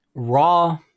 raw